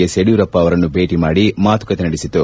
S Yediyurappa ಅವರನ್ನು ಭೇಟಿ ಮಾಡಿ ಮಾತುಕತೆ ನಡೆಸಿತು